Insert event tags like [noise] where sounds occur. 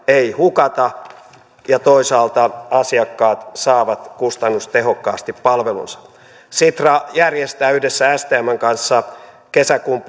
ei hukata ja toisaalta asiakkaat saavat kustannustehokkaasti palvelunsa sitra järjestää yhdessä stmn kanssa kesäkuun [unintelligible]